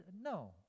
No